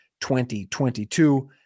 2022